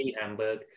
Hamburg